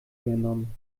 übernommen